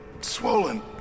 Swollen